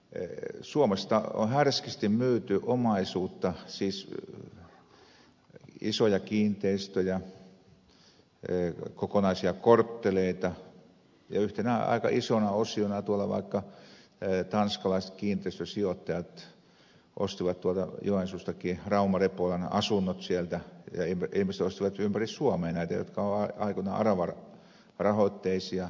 nimittäin suomesta on härskisti myyty omaisuutta siis isoja kiinteistöjä kokonaisia kortteleita ja yhtenä aika isona osiona vaikka tanskalaiset kiinteistösijoittajat ostivat joensuustakin rauma repolan asunnot sieltä ja ilmeisesti ostivat ympäri suomea näitä jotka olivat aikoinaan aravarahoitteisia